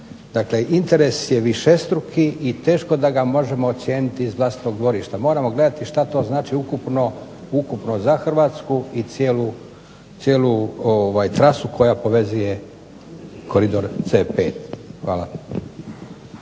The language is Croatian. Dakle, interes je višestruki i teško da ga možemo ocijeniti iz vlastitog dvorišta. Moramo gledati što to znači ukupno za Hrvatsku i cijelu trasu koja povezuje Koridor 5C. Hvala.